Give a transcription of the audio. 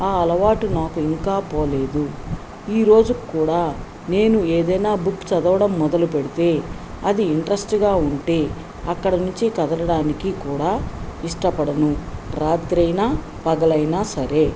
ఆ అలవాటు నాకు ఇంకా పోలేదు ఈరోజుకు కూడా నేను ఏదైనా బుక్ చదవడం మొదలు పెడితే అది ఇంట్రస్ట్గా ఉంటే అక్కడ నుంచి కదలడానికి కూడా ఇష్టపడను రాత్రైనా పగలైనా సరే